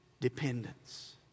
Dependence